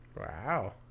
Wow